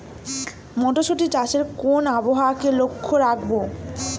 মটরশুটি চাষে কোন আবহাওয়াকে লক্ষ্য রাখবো?